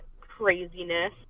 craziness